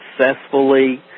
successfully